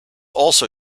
also